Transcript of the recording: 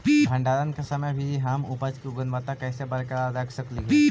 भंडारण के समय भी हम उपज की गुणवत्ता कैसे बरकरार रख सकली हे?